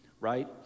Right